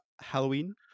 Halloween